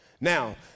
Now